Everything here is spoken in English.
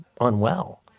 unwell